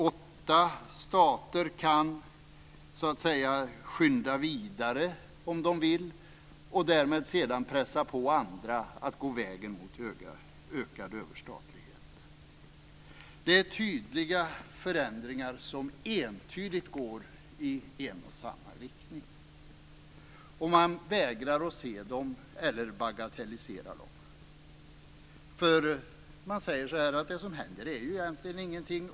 Åtta stater kan så att säga skynda vidare om de vill och därmed sedan pressa på andra att gå vägen mot ökad överstatlighet. Det är tydliga förändringar som entydigt går i en och samma riktning. Och man vägrar att se dem eller bagatelliserar dem, för man säger att det som händer är egentligen ingenting.